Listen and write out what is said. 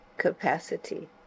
capacity